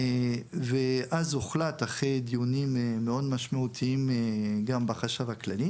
ואז הוחלט אחרי דיונים מאוד משמעותיים גם בחשב הכללי